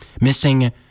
missing